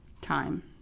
Time